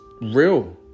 real